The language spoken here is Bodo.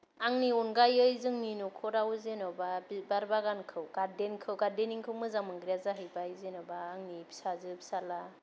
आंनि अनगायै जोंनि न'खराव जेनबा बिबार बागानखौ गार्डेनखौ गार्डेनिंखौ मोजां मोनग्राया जाहैबाय जेनबा आंनि फिसाजो फिसाला